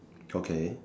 okay